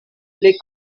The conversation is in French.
les